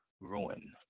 ruin